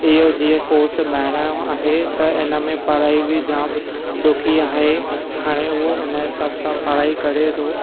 इहो जीअं कोर्स ॿाहिंरा जो आहे त इन में पढाई बि जाम ॾुखी आहे हाणे उहो हुन जे हिसाब सां पढाई करे थो